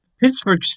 Pittsburgh